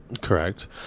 Correct